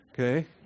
okay